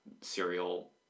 serial